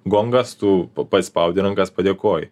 gongas tu paspaudi rankas padėkoji